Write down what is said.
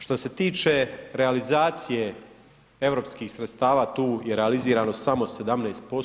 Što se tiče realizacije europskih sredstava tu je realizirano samo 17%